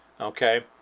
okay